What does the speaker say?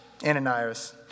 Ananias